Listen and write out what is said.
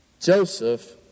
Joseph